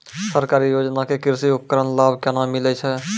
सरकारी योजना के कृषि उपकरण लाभ केना मिलै छै?